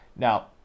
Now